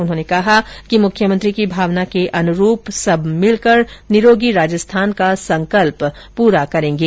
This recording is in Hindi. उन्होंने कहा कि मुख्यमंत्री की भावना के अनुरूप सब मिलकर निरोगी राजस्थान का संकल्प पूरा करेंगे